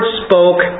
spoke